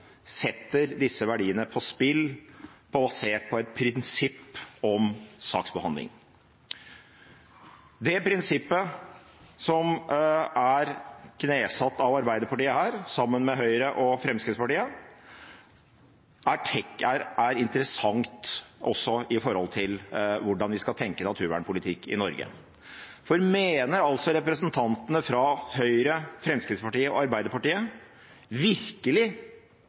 setter disse verdiene på spill og ser på et prinsipp om saksbehandling. Det prinsippet som er knesatt av Arbeiderpartiet her, sammen med Høyre og Fremskrittspartiet, er interessant også med hensyn til hvordan vi skal tenke naturvernpolitikk i Norge. Mener representantene fra Høyre, Fremskrittspartiet og Arbeiderpartiet virkelig